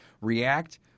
react